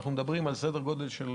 אנחנו מדברים על סדר גודל של